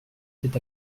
cet